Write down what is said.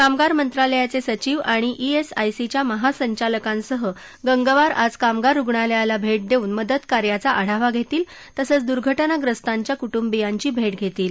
कामगार मंत्रालयाचसिचीव आणि इएसआयसीच्या महासंचालकांसह गंगवार आज कामगार रुगणालयाला भर्ट द्वित्त मदत कार्यांचा आढावा घरीील तसंच दूर्घटनाग्रस्तांच्या कुटुंबियांची भर्ट घरीील